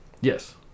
Yes